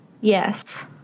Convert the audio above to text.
Yes